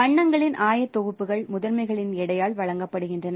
வண்ணங்களின் ஆயத்தொகுப்புகள் முதன்மைகளின் எடையால் வழங்கப்படுகின்றன